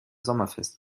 sommerfest